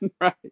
Right